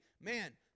Man